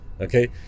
Okay